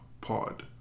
pod